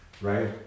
right